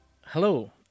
Hello